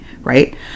right